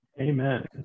Amen